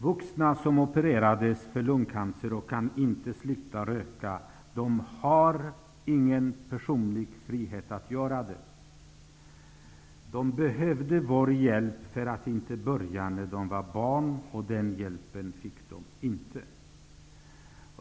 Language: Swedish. Vuxna som har opererats för lungcancer, och som inte kan sluta röka, har ingen personlig frihet att göra det. De behövde vår hjälp för att inte börja när de var barn, och den hjälpen fick de inte.